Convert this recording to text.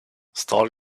stall